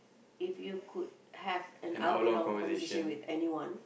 if you could have an hour long conversation with anyone